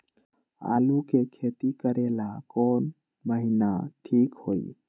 आलू के खेती करेला कौन महीना ठीक होई?